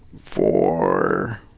Four